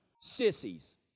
sissies